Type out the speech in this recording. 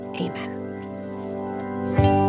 Amen